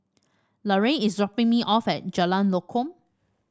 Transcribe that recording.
Larae is dropping me off at Jalan Lokam